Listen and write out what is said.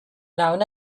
known